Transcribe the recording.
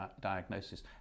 diagnosis